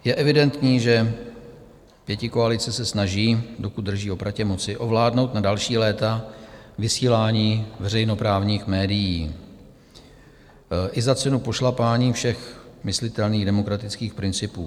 Je evidentní, že pětikoalice se snaží, dokud drží opratě moci, ovládnout na další léta vysílání veřejnoprávních médií i za cenu pošlapání všech myslitelných demokratických principů.